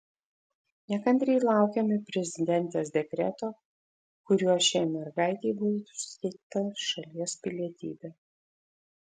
nekantriai laukiame prezidentės dekreto kuriuo šiai mergaitei būtų suteikta šalies pilietybė